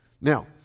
Now